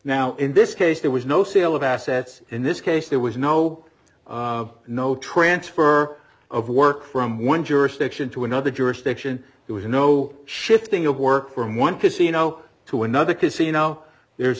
now in this case there was no sale of assets in this case there was no no transfer of work from one jurisdiction to another jurisdiction there was no shifting of work from one casino to another casino there's